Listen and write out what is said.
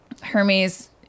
Hermes